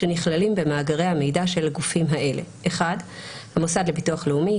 שנכללים במאגרי המידע של הגופים האלה: (1)המוסד לביטוח לאומי,